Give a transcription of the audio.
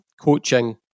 coaching